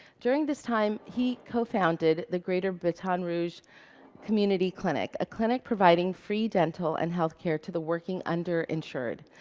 during this time, he co-founded the greater baton rouge community clinic, a clinic providing free dental and health care to the working underinsured.